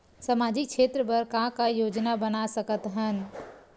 सामाजिक क्षेत्र बर का का योजना बना सकत हन?